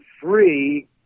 free